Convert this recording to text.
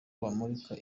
kumurika